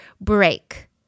break